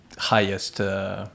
highest